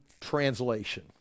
translation